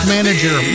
Manager